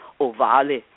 ovale